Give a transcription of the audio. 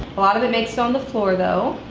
a lot of it makes it on the floor, though.